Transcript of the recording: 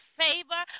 favor